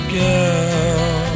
girl